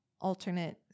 alternate